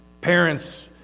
Parents